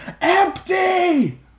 EMPTY